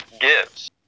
gives